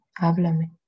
Háblame